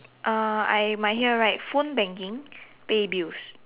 uh I my here write phone banking pay bills